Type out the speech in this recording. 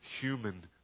human